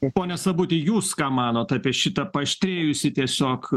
pone sabuti jūs ką manot apie šitą paaštrėjusį tiesiog